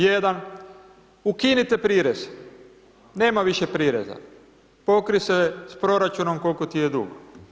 Jedan, ukinite prirez, nema više prireza, pokrij se s proračunom koliko ti je dug.